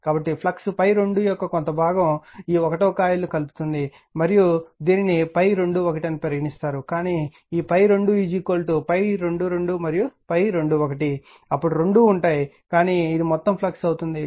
కాబట్టి ఫ్లక్స్ ∅2 యొక్క కొంత భాగం ఈ కాయిల్ 1 ను కలుపుతుంది మరియు దీనిని ∅21 అని పరిగణిస్తారు కానీ ఈ ∅2 ∅22 మరియు ∅ 21 అప్పుడు రెండూ ఉంటాయి కానీ ఇది మొత్తం ఫ్లక్స్ అవుతుంది